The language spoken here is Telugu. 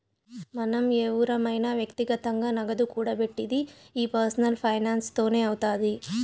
మనం ఎవురమైన వ్యక్తిగతంగా నగదు కూడబెట్టిది ఈ పర్సనల్ ఫైనాన్స్ తోనే అవుతాది